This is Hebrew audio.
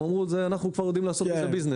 הן אמרו שהן כבר יודעות לעשות ביזנס.